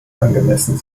angemessen